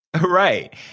Right